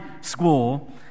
School